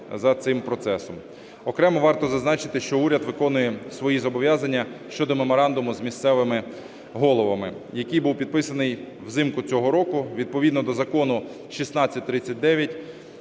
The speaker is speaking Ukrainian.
Окремо варто зазначити, що уряд виконує свої зобов'язання щодо меморандуму з місцевими головами, який був підписаний взимку цього року. Відповідно до Закону 1639